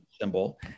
symbol